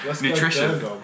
Nutrition